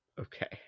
Okay